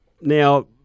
Now